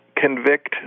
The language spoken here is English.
convict